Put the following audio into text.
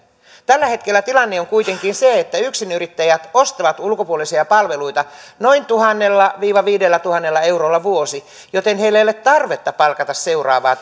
tällä hetkellä tilanne on kuitenkin se että yksinyrittäjät ostavat ulkopuolisia palveluita noin tuhannella viiva viidellätuhannella eurolla per vuosi joten heillä ei ole tarvetta palkata seuraavaa